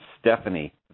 Stephanie